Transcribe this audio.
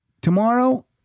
tomorrow